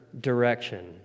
direction